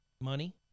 money